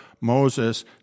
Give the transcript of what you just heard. Moses